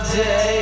day